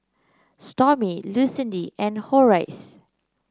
Stormy Lucindy and Horace